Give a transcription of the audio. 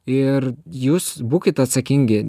ir jūs būkit atsakingi